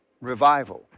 revival